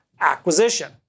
acquisition